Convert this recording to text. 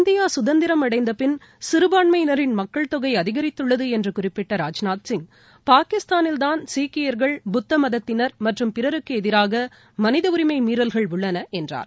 India கதந்திரம் அடைந்தபின் சிறுபான்மையினிரின் மக்கள்தொகை அதிகரித்துள்ளது என்று குறிப்பிட்ட ராஜ்நாத் சிங் பாகிஸ்தானில்தான் சீக்கியர்கள் புத்தமதத்தினர் மற்றும் பிறருக்கு எதிராக மனிதஉரிமை மீறல்கள் உள்ளன என்றார்